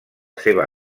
seva